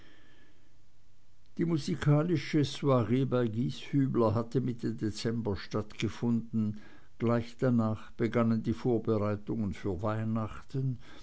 die musikalische soiree bei gieshübler hatte mitte dezember stattgefunden gleich danach begannen die vorbereitungen für weihnachten